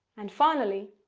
and finally,